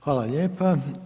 Hvala lijepa.